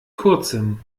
kurzem